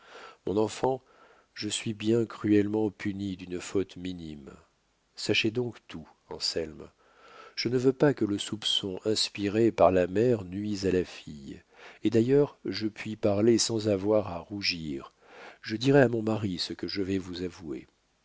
mon enfant je suis bien cruellement punie d'une faute minime sachez donc tout anselme je ne veux pas que le soupçon inspiré par la mère nuise à la fille et d'ailleurs je puis parler sans avoir à rougir je dirais à mon mari ce que je vais vous avouer